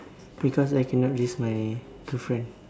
because I cannot risk my girlfriend